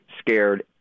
scared